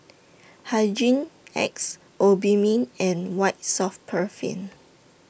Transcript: Hygin X Obimin and White Soft Paraffin